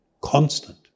constant